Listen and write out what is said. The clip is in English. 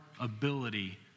ability